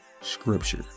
scripture